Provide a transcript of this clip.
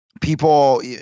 people